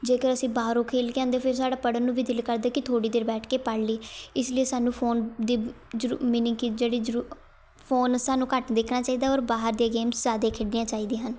ਜੇਕਰ ਅਸੀਂ ਬਾਹਰੋਂ ਖੇਡ ਕੇ ਆਉਂਦੇ ਫਿਰ ਸਾਡਾ ਪੜ੍ਹਨ ਨੂੰ ਵੀ ਦਿਲ ਕਰਦਾ ਕਿ ਥੋੜ੍ਹੀ ਦੇਰ ਬੈਠ ਕੇ ਪੜ੍ਹ ਲੀ ਇਸ ਲਈ ਸਾਨੂੰ ਫ਼ੋਨ ਦੀ ਜ਼ਰੂ ਮੀਨਿੰਗ ਕਿ ਜਿਹੜੀ ਜਰੂ ਫ਼ੋਨ ਸਾਨੂੰ ਘੱਟ ਦੇਖਣਾ ਚਾਹੀਦਾ ਔਰ ਬਾਹਰ ਦੀਆਂ ਗੇਮਸ ਜ਼ਿਆਦਾ ਖੇਡਣੀਆਂ ਚਾਹੀਦੀਆਂ ਹਨ